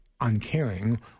uncaring